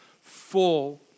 full